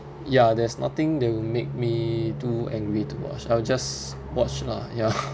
ya there's nothing that will make me too angry to watch I'll just watch lah ya